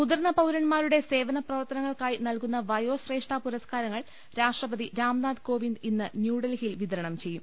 മുതിർന്ന പൌരന്മാരുടെ സേവന പ്രവർത്തനങ്ങൾക്കായി നൽകുന്ന വയോശ്രേഷ്ഠ പുരസ്കാരങ്ങൾ രാഷ്ട്രപതി രാംനാഥ് കോവിന്ദ് ഇന്ന് ന്യൂഡൽഹിയിൽ വിതരണം ചെയ്യും